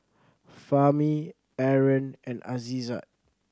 Fahmi Aaron and Aizat